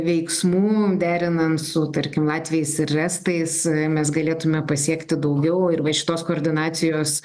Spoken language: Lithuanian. veiksmų derinant su tarkim latviais ir estais mes galėtume pasiekti daugiau ir va šitos koordinacijos